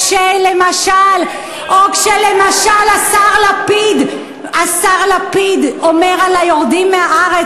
או כשלמשל השר לפיד אומר על היורדים מהארץ,